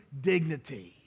dignity